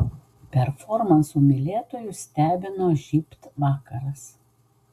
performansų mylėtojus stebino žybt vakaras